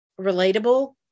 relatable